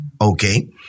okay